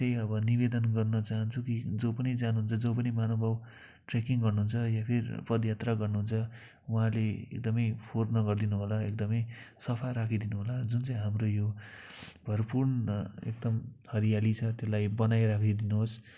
त्यही अब निवेदन गर्न चाहन्छु कि जो पनि जानुहुन्छ जो पनि महानुभाव ट्रेकिङ गर्नुहुन्छ या फिर पद यात्रा गर्नुहुन्छ उहाँले एकदमै फोहोर न गर्दिनुहोला एकदमै सफा राखिदिनुहोला जुन चाहिँ हाम्रो यो भरपूर्ण एकदम हरियाली छ त्यसलाई बनाई राखिदिनुहोस्